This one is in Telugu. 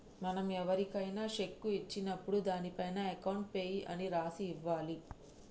మనం ఎవరికైనా శెక్కు ఇచ్చినప్పుడు దానిపైన అకౌంట్ పేయీ అని రాసి ఇవ్వాలి